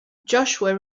joshua